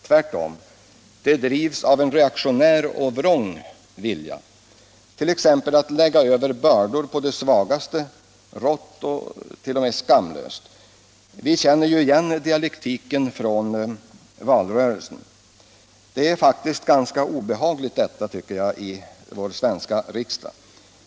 Tvärtom, de drivs av en reaktionär och vrång vilja, t.ex. genom att lägga över bördor på de svagaste, rått och skamlöst. Vi känner igen dialektiken från valrörelsen. Detta är faktiskt ganska obehagligt också i vår svenska riksdag.